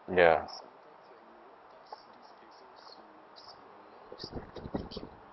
ya